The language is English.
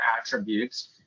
attributes